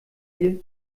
hier